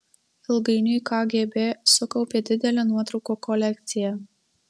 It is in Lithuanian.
ilgainiui kgb sukaupė didelę nuotraukų kolekciją